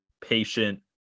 patient